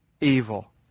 evil